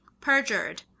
Perjured